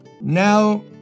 Now